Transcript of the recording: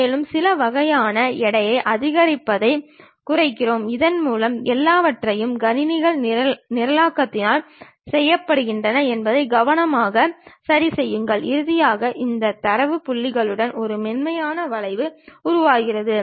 மேலும் சில வகையான எடையை அதிகப்படுத்துவதைக் குறைக்கிறோம் இதன்மூலம் எல்லாவற்றையும் கணினிகள் நிரல்களால் செய்கின்றன என்பதை கவனமாக சரிசெய்கிறோம் இறுதியாக இந்த தரவு புள்ளிகளுடன் ஒரு மென்மையான வளைவை உருவாக்குகிறது